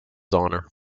honor